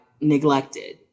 neglected